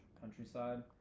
countryside